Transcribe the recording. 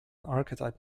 archetype